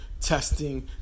testing